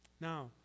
now